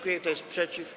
Kto jest przeciw?